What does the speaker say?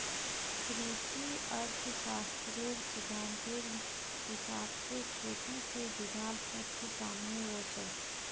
कृषि अर्थ्शाश्त्रेर सिद्धांतेर हिसाब से खेटी से जुडाल तथ्य सामने वोसो